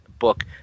Book